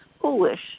foolish